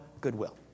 goodwill